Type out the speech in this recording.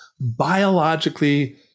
biologically